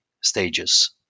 stages